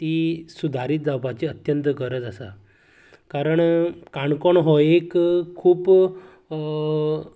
ती सुदारीत जावपाची अत्यंत गरज आसा कारण काणकोण हो एक खूब